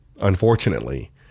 Unfortunately